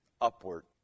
upward